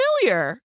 familiar